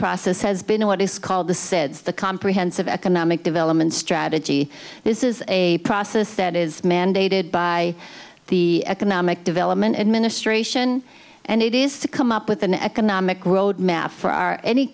process has been in what is called the said the comprehensive economic development strategy this is a process that is mandated by the economic development administration and it is to come up with an economic roadmap for our any